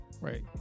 right